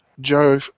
Joe